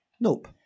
Nope